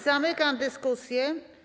Zamykam dyskusję.